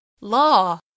Law